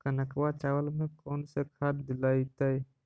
कनकवा चावल में कौन से खाद दिलाइतै?